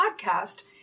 podcast